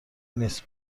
نیست